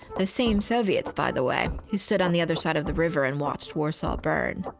the same soviets, by the way, who stood on the other side of the river and watched warsaw burn.